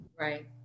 Right